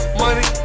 money